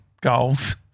goals